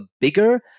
bigger